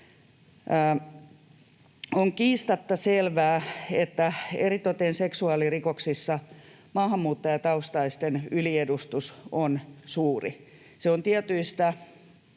On kiistatta selvää, että eritoten seksuaalirikoksissa maahanmuuttajataustaisten yliedustus on suuri. Se on tietyistä